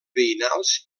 veïnals